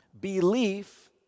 Belief